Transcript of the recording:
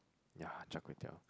ya char-kway-teow